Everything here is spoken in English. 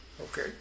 Okay